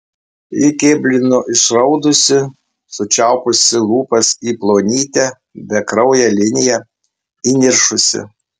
ji kėblino išraudusi sučiaupusi lūpas į plonytę bekrauję liniją įniršusi